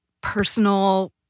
personal